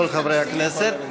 כל חברי הכנסת.